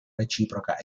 reciproca